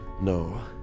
No